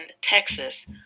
Texas